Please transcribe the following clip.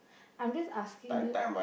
I'm just asking you